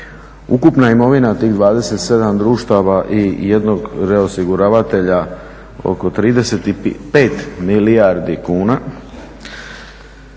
ukupna imovina tih 27 društava i jednog reosiguravatelja oko 35 milijardi kuna.